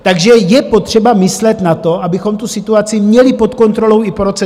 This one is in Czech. Takže je potřeba myslet na to, abychom tu situaci měli pod kontrolou i po roce 2035.